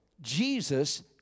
Jesus